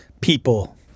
people